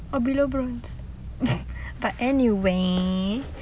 or below bronze but anyway